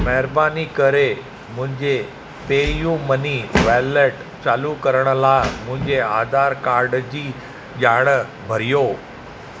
महिरबानी करे मुंहिंजे पे यू मनी वॉलेट चालू करण लाइ मुंहिंजे आधार कार्ड जी ॼाणु भरियो